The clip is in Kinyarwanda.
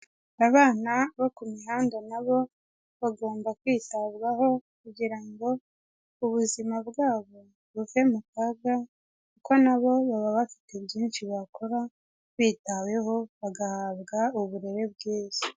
Abana bo ku mihanda na bo bagomba kwitabwaho, kugira ngo ubuzima bwabo buve mu kaga, kuko na bo baba bafite byinshi bakora, bitaweho bagahabwa uburere bwiza.